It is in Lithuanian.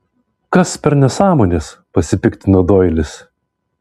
kas per nesąmonės pasipiktino doilis